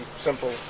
simple